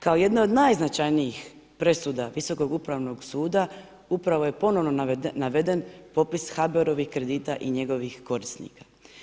Kao jedne od najznačajnijih presuda Visokog upravnog suda upravo je ponovno naveden popis HBOR-ovih kredita i njegovih korisnika.